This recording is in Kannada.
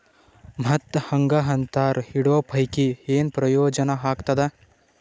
ಮತ್ತ್ ಹಾಂಗಾ ಅಂತರ ಇಡೋ ಪೈಕಿ, ಏನ್ ಪ್ರಯೋಜನ ಆಗ್ತಾದ?